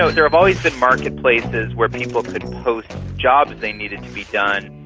ah and um always been market places where people can post jobs they needed to be done,